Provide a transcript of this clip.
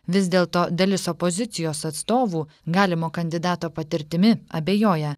vis dėlto dalis opozicijos atstovų galimo kandidato patirtimi abejoja